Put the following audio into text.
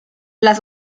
las